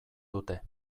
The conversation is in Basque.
dute